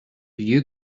you